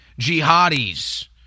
jihadis